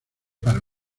para